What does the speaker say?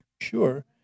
sure